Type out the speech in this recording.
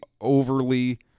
overly